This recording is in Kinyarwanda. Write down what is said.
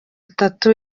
atatu